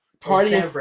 party